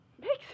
makes